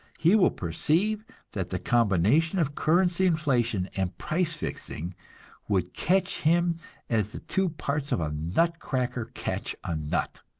he will perceive that the combination of currency inflation and price-fixing would catch him as the two parts of a nut-cracker catch a nut